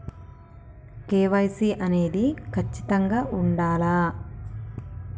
KYC అనేది ఖచ్చితంగా ఉండాలా?